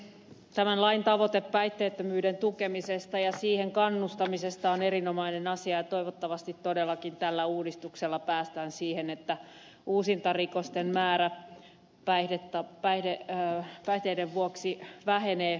tämän lain tavoite päihteettömyyden tukemisesta ja siihen kannustamisesta on erinomainen asia ja toivottavasti todellakin tällä uudistuksella päästään siihen että uusintarikosten määrä päihteiden vuoksi vähenee